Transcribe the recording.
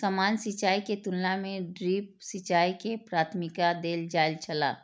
सामान्य सिंचाई के तुलना में ड्रिप सिंचाई के प्राथमिकता देल जाय छला